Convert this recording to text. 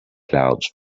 clouds